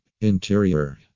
interior